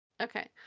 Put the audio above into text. Okay